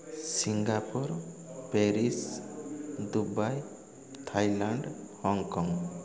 Singapore Paris Dubai Thailand Hong Kong